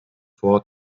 vor